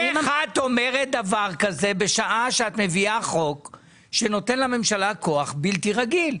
איך את אומרת דבר כזה בשעה שאת מביאה חוק שנותן לממשלה כוח בלתי רגיל?